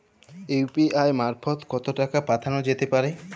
UPI মারফত কত টাকা পাঠানো যেতে পারে?